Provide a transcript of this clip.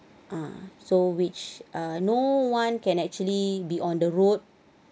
ah so which ah no one can actually be on the road